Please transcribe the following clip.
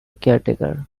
caretaker